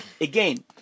Again